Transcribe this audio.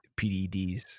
PDDs